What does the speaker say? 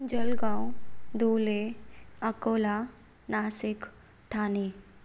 Jalgaon Dhule Akola Nashik Thane